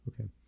Okay